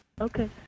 Okay